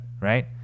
right